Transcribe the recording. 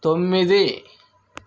తొమ్మిది